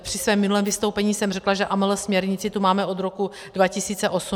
Při svém minulém vystoupení jsem řekla, že AML směrnici tu máme od roku 2008.